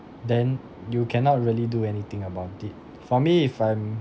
then you cannot really do anything about it for me if I'm